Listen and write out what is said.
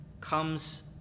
comes